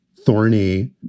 thorny